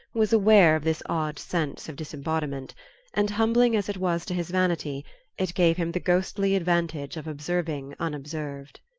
was aware of this odd sense of disembodiment and humbling as it was to his vanity it gave him the ghostly advantage of observing unobserved.